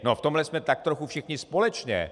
V tomhle jsme tak trochu všichni společně.